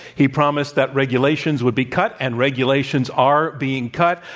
he promised that regulations would be cut, and regulations are being cut.